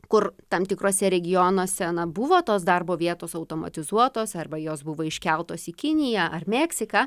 kur tam tikruose regionuose na buvo tos darbo vietos automatizuotos arba jos buvo iškeltos į kiniją ar meksiką